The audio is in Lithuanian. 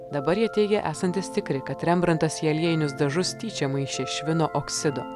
dabar jie teigė esantys tikri kad rembrantas į aliejinius dažus tyčia maišė švino oksido